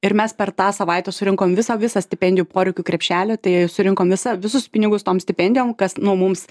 ir mes per tą savaitę surinkom visą visą stipendijų poreikių krepšelį tai surinkom visą visus pinigus tom stipendijom kas nu mums